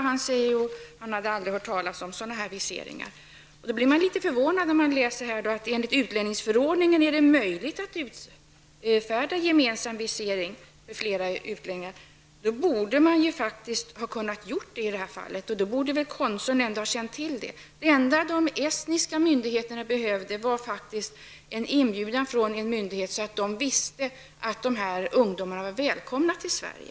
Han hade aldrig hört talas om viseringar av den här typen. Jag blev därför litet förvånad över svaret att det enligt utlänningsförordningen är möjligt att utfärda gemensam visering för flera utlänningar. I så fall borde det kunna ha skett här, och konsuln borde ha känt till denna möjlighet. Det enda som de estniska myndigheterna behövde var en inbjudan från en myndighet för att kunna förvissa sig om att dessa ungdomar var välkomna till Sverige.